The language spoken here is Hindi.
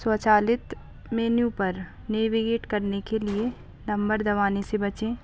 स्वचालित मेनू पर नेविगेट करने से नम्बर दबाने से बचें